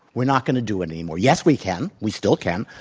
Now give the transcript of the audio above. we're not going to do it anymore. yes, we can. we still can.